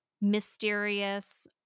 mysterious